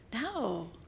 No